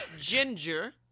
ginger